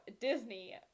Disney